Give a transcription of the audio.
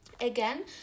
Again